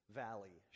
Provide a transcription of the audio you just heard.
valley